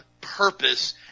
purpose